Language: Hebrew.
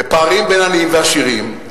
בפערים בין עניים ועשירים,